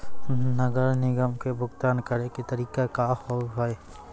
नगर निगम के भुगतान करे के तरीका का हाव हाई?